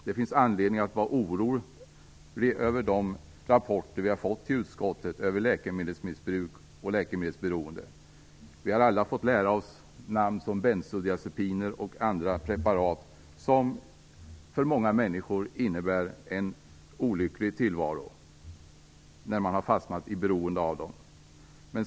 Det finns anledning att vara orolig över de rapporter vi fått till utskottet om läkemedelsmissbruk och läkemedelsberoende. Vi har alla fått lära oss namn på bensodiazepiner och andra preparat som för många människor innebär en olycklig tillvaro eftersom man har fastnat i beroende av dem.